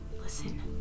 Listen